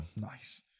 Nice